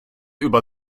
über